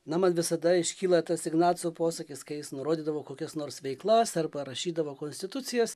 na man visada iškyla tas ignaco posakis kai jis nurodydavo kokias nors veiklas ar parašydavo konstitucijas